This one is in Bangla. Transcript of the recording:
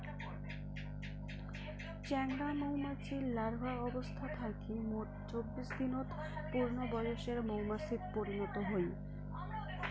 চেংরা মৌমাছি লার্ভা অবস্থা থাকি মোট চব্বিশ দিনত পূর্ণবয়সের মৌমাছিত পরিণত হই